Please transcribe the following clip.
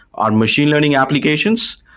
on machine learning applications,